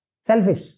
Selfish